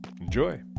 enjoy